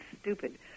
stupid